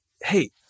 hey